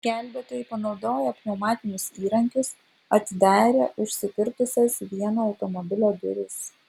gelbėtojai panaudoję pneumatinius įrankius atidarė užsikirtusias vieno automobilio duris